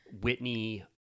Whitney